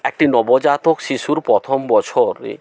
একটি নবজাতক শিশুর প্রথম বছরে